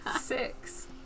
Six